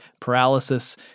paralysis